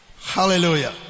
hallelujah